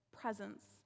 presence